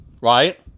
right